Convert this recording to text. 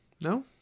no